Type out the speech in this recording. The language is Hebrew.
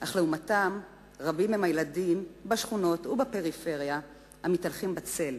אך לעומתם רבים הם הילדים בשכונות ובפריפריה המתהלכים בצל,